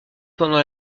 pendant